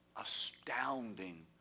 astounding